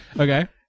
Okay